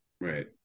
right